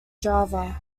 java